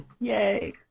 Yay